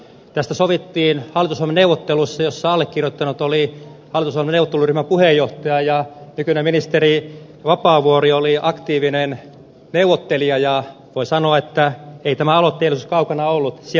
tästä sovittiin hallitusohjelmaneuvotteluissa joissa allekirjoittanut oli hallitusohjelmaneuvotteluryhmän puheenjohtaja ja nykyinen ministeri vapaavuori oli aktiivinen neuvottelija ja voi sanoa että ei tämä aloitteellisuus kaukana ollut sieltä suunnalta